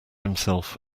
himself